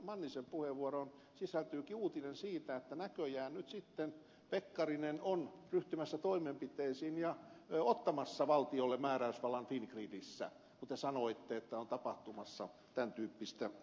mannisen puheenvuoroon sisältyykin uutinen siitä että näköjään nyt sitten pekkarinen on ryhtymässä toimenpiteisiin ja ottamassa valtiolle määräysvallan fingridissä kun te sanoitte että on tapahtumassa tämän tyyppistä